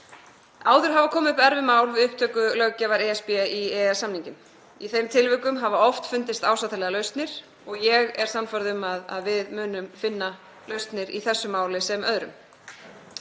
Áður hafa komið upp erfið mál við upptöku löggjafar ESB í EES-samninginn. Í þeim tilvikum hafa oft fundist ásættanlegar lausnir og ég er sannfærð um að við munum finna lausnir í þessu máli sem öðrum.